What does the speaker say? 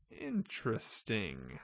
interesting